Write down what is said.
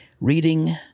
reading